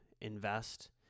invest